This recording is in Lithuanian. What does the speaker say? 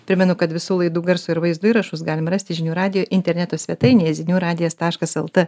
primenu kad visų laidų garso ir vaizdo įrašus galime rasti žinių radijo interneto svetainėje zinių radijas taškas lt